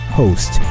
host